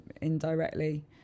indirectly